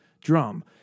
drum